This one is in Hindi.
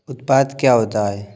उत्पाद क्या होता है?